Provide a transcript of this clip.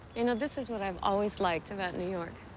you know, this is what i've always liked about new york